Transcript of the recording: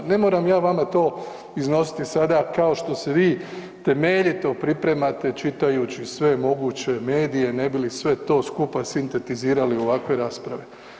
Ne moram ja vama to iznositi sada kao što se vi temeljito pripremate čitajući sve moguće medije ne bi li sve to skupa sintetizirali u ovakve rasprave.